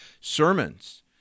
sermons